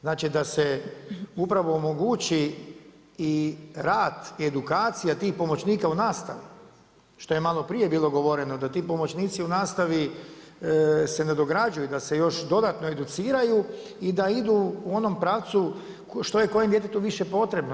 Znači da se upravo omogući i rad i edukacija tih pomoćnika u nastavi, što je maloprije bilo govoreno, da ti pomoćnici u nastavi, da se nadograđuju da se još dodatno educiraju i da idu u onom pravcu, što je kojem djetetu više potrebno.